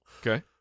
okay